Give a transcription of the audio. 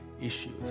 issues